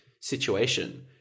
situation